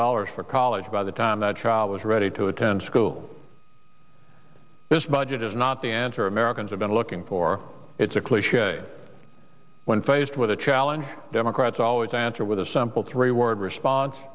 dollars for college by the time that child was ready to attend school this budget is not the answer americans have been looking for it's a cliche when faced with a challenge democrats always answer with a simple three word response